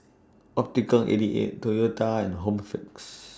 Optical eighty eight Toyota and Home Fix